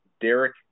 Derek